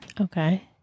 Okay